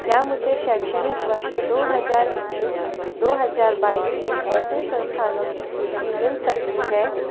क्या मुझे शैक्षणिक वर्ष दो हज़ार इक्कीस दो हज़ार बाईस में ऐसे संस्थानों की सूची मिल सकती है